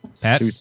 Pat